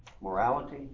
Morality